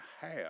half